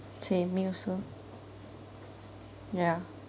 same me also ya